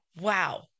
Wow